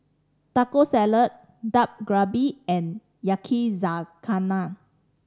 Taco Salad Dak Galbi and Yakizakana